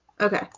Okay